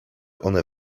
one